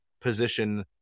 position